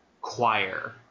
choir